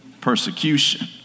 persecution